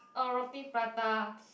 a Roti-Prata